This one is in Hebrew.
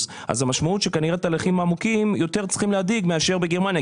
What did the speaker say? אז המשמעות היא שתהליכים עמוקים יותר צריכים להדאיג יותר מאשר בגרמניה,